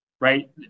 right